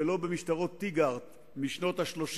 ולא ב"משטרות טיגרט" משנות ה-30